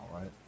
right